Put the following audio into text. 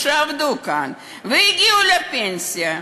שעבדו כאן והגיעו לפנסיה,